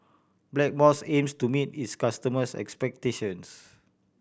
Blackmores aims to meet its customers' expectations